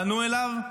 פנו אליו,